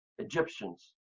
Egyptians